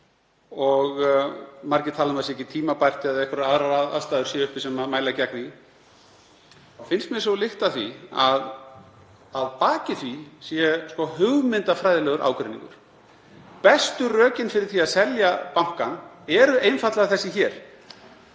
og margir tala um að það sé ekki tímabært eða einhverjar aðrar aðstæður séu uppi sem mæli gegn því, sú lykt af því að að baki því sé hugmyndafræðilegur ágreiningur. Bestu rökin fyrir því að selja bankann eru einfaldlega þessi hér: